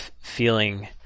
feeling